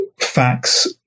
facts